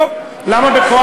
לא, למה בכוח?